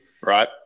right